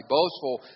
Boastful